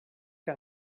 que